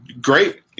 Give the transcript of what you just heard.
Great